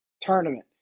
tournament